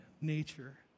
nature